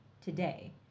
today